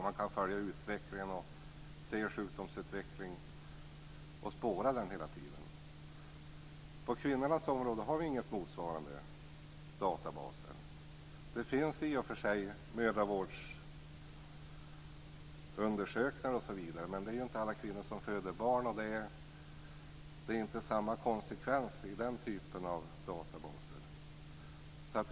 Man kan följa utvecklingen, se en sjukdomsutveckling och hela tiden spåra den. På kvinnornas område har vi inga motsvarande databaser. Det finns i och för sig mödravårdsundersökningar osv., men det är ju inte alla kvinnor som föder barn. Det är inte samma konsekvens i den typen av databaser.